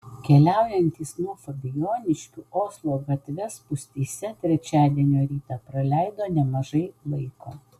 keliaujantys nuo fabijoniškių oslo gatve spūstyse trečiadienio rytą praleido nemažai laiko